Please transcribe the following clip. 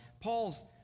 Paul's